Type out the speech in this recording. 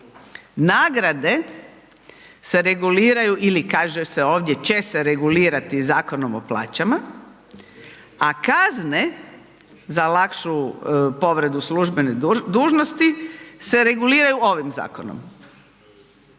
Nagrade se reguliraju ili kaže se ovdje će se regulirati Zakonom o plaćama, a kazne za lakšu povredu službene dužnosti se reguliraju ovim zakonom.